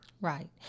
right